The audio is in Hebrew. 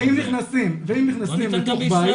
אם נכנסים לתוך בית,